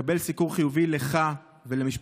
לקבל סיקור חיובי לך ולמשפחתך,